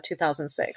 2006